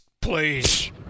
Please